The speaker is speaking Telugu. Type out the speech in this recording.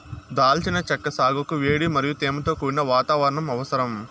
దాల్చిన చెక్క సాగుకు వేడి మరియు తేమతో కూడిన వాతావరణం అవసరం